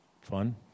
fun